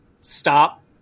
stop